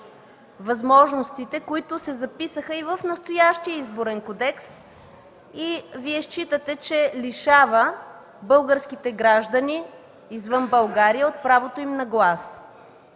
възможностите, които се записаха и в настоящия Изборен кодекс, и Вие считате, че лишава българските граждани извън България от правото им на глас.